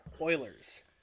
Oilers